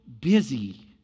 busy